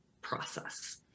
process